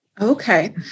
Okay